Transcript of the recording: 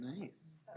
nice